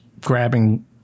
grabbing